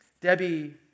Debbie